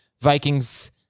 Vikings